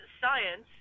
science